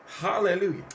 Hallelujah